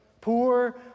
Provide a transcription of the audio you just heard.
Poor